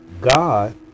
God